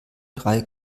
drei